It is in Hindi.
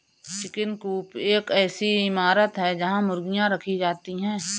चिकन कूप एक ऐसी इमारत है जहां मुर्गियां रखी जाती हैं